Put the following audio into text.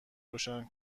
روشن